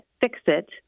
fixit